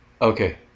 Okay